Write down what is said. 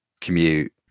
commute